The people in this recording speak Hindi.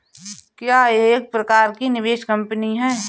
क्या यह एक प्रकार की निवेश कंपनी है?